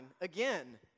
again